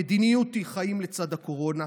המדיניות היא חיים לצד הקורונה,